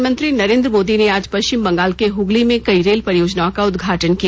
प्रधानमंत्री नरेन्द्र मोदी ने आज पश्चिम बंगाल के हुगली में कई रेल परियोजनाओं का उद्घाटन किया